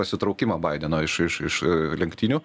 pasitraukimą baideno iš iš iš lenktynių